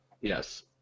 yes